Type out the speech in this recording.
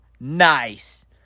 nice